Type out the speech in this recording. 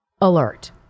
alert